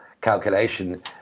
calculation